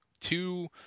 Two